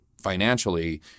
financially